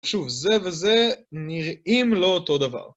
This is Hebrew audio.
שוב, זה וזה נראים לא אותו דבר.